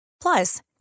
Plus